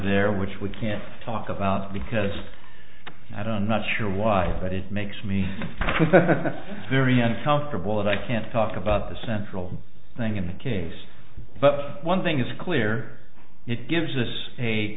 there which we can't talk about because i don't not sure why but it makes me very uncomfortable and i can't talk about the central thing in the case but one thing is clear it gives us a